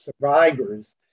survivors